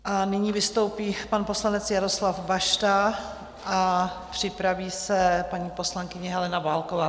A nyní vystoupí pan poslanec Jaroslav Bašta a připraví se paní poslankyně Helena Válková.